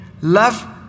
love